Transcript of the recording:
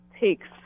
takes